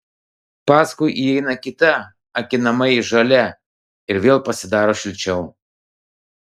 paskui įeina kita akinamai žalia ir vėl pasidaro šilčiau